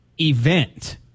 event